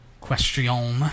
question